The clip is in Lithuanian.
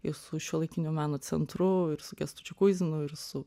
ir su šiuolaikinio meno centru ir su kęstučiu kuizinu ir su